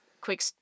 quick